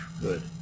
Good